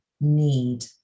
need